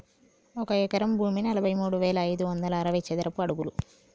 ఒక ఎకరం భూమి నలభై మూడు వేల ఐదు వందల అరవై చదరపు అడుగులు